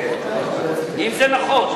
אם זה נכון.